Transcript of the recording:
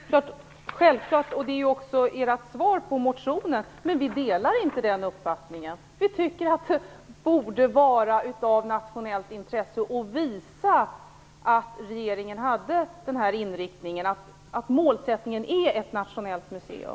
Herr talman! Det är självklart, och det är också ert svar på motionen. Men vi delar inte den uppfattningen. Vi tycker att det borde vara av nationellt intresse att visa att regeringen hade den här inriktningen, att målsättningen är ett nationellt museum.